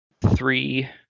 Three